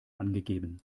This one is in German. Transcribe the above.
angegeben